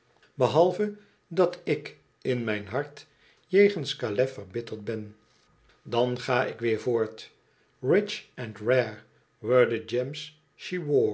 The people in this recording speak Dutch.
behalve dat ik in mijn hart jegens calais verbitterd ben dan ga ik weer voort rich and rare